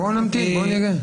בואו נמתין, בואו נראה.